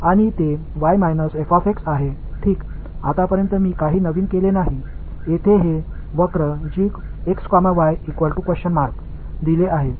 எனவே நான் ஒரு புதிய பங்க்ஷன் அறிமுகப்படுத்துவேன் அதை என்று எழுதுவேன்